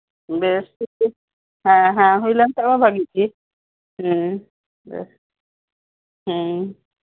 ᱵᱮᱥ ᱦᱮᱸ ᱦᱮᱸ ᱦᱩᱭ ᱞᱮᱱ ᱠᱷᱟᱱ ᱢᱟ ᱵᱷᱟᱜᱤᱜ ᱜᱮ ᱵᱮᱥ